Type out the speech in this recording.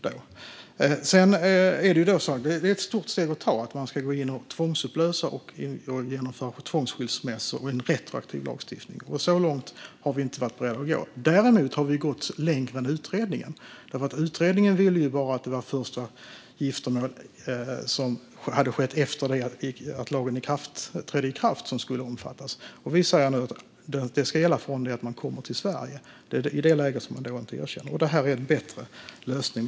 Det är ett stort steg att ta att gå in och tvångsupplösa äktenskap och genomföra tvångsskilsmässor med en retroaktiv lagstiftning. Så långt har vi inte varit beredda att gå. Däremot har vi gått längre än utredningen. Utredningen ville att bara det första giftermål som skett efter att lagen trätt i kraft skulle omfattas, men vi säger nu att detta ska gälla från det att man kommer till Sverige. Det är i det läget som detta inte erkänns. Vi menar att det här är en bättre lösning.